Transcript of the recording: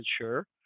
sure